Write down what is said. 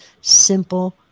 simple